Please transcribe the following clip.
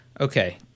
Okay